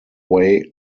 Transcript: way